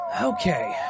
Okay